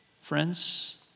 Friends